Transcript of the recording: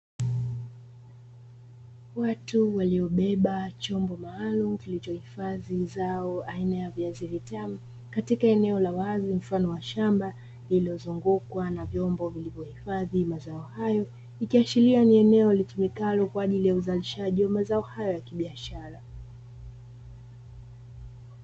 Watu waliobeba chombo maalumu kilichohifadhi zao aina ya viazi vitamu katika eneo la wazi mfano wa shamba lililozungukwa na vyombo vilivyohifadhi mazao hayo, ikiashiria kuwa ni eneo litumikalo kwajili ya uzalishaji wa mazao hayo ya kibiashara.